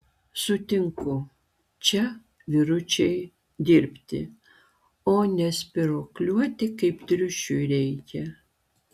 sutinku čia vyručiai dirbti o ne spyruokliuoti kaip triušiui reikia